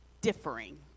differing